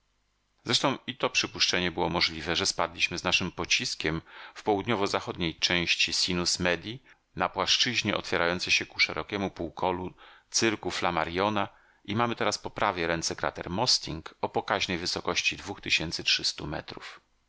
zresztą i to przypuszczenie było możliwe że spadliśmy z naszym pociskiem w południowo-zachodniej części sinus medii na płaszczyźnie otwierającej się ku szerokiemu półkolu cyrku flammariona i mamy teraz po prawej ręce krater mosting o pokaźnej wysokości dwóch tysięcy metrów